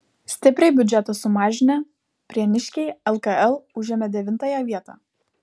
stipriai biudžetą sumažinę prieniškiai lkl užėmė devintąją vietą